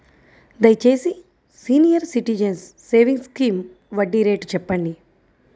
దయచేసి senior citizens savings scheme వడ్డీ rate చెప్పండి